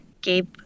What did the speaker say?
Gabe